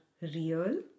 real